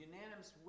Unanimous